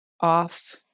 off